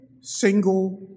single